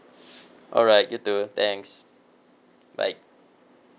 alright you too thanks bye